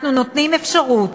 ואנחנו נותנים אפשרות